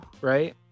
right